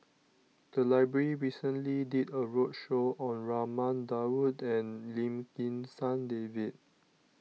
the library recently did a roadshow on Raman Daud and Lim Kim San David